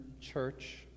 church